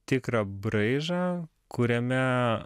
tikrą braižą kuriame